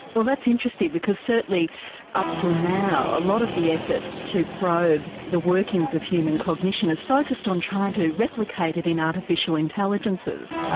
well that's interesting because certainly up till now a lot of the effort to probe the workings of human cognition has focused on trying to replicate it in artificial intelligences.